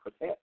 protect